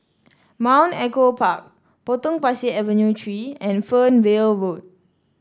Mount Echo Park Potong Pasir Avenue Three and Fernvale Road